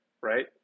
right